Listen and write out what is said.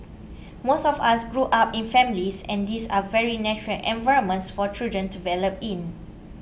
most of us grew up in families and these are very natural environments for children to develop in